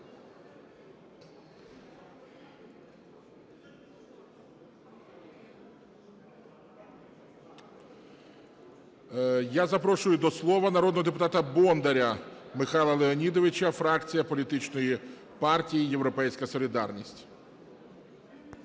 Я запрошую до слова народного депутата Бондаря Михайла Леонідовича, фракція політичної партії "Європейська солідарність".